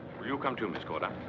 will you come too, miss corder?